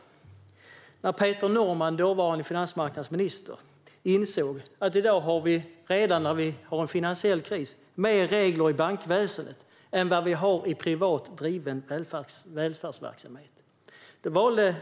Redan då, i en finansiell kris, insåg dåvarande finansmarknadsminister Peter Norman att vi har mer regler i bankväsendet än vi har i privat driven välfärdsverksamhet.